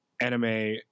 anime